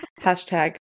Hashtag